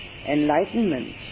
Enlightenment